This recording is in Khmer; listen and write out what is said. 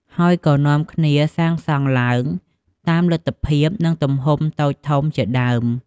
ហើយក៏នាំគ្នាកសាងសងឡើងតាមលទ្ធិភាព និងទំហំតូចធំជាដើម។